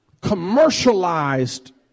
commercialized